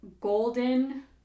Golden